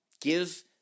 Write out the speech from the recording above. give